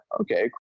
Okay